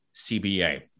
CBA